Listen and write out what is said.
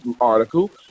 article